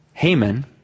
Haman